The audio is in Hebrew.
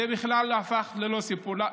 זה בכלל הפך ללא-סיפור.